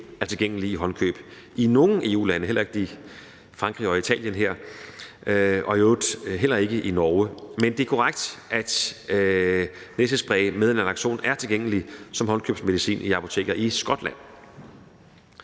er tilgængelig i håndkøb i nogen EU-lande, heller ikke i Frankrig eller Italien, og i øvrigt heller ikke i Norge, men det er korrekt, at næsespray med naloxon er tilgængelig som håndkøbsmedicin i apoteker i Skotland.